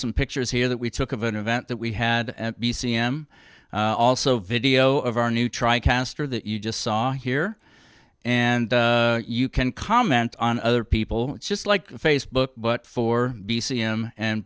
some pictures here that we took of an event that we had at b c m also video of our new tri caster that you just saw here and you can comment on other people just like facebook but for b c m and